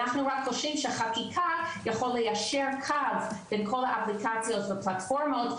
אנחנו רק חושבים שחקיקה יכולה ליישר קו בין כל האפליקציות והפלטפורמות,